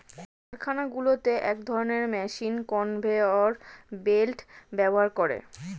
কারখানাগুলোতে এক ধরণের মেশিন কনভেয়র বেল্ট ব্যবহার করে